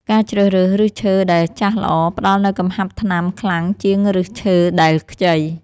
ការជ្រើសរើសឫសឈើដែលចាស់ល្អ ផ្តល់នូវកំហាប់ថ្នាំខ្លាំងជាងឫសឈើដែលខ្ចី។